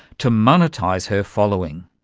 to monetise her following.